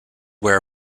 where